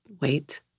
wait